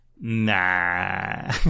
Nah